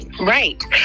right